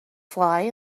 fly